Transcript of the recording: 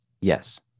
Yes